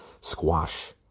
squash